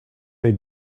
they